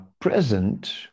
present